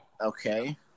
Okay